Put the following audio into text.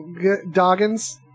Doggins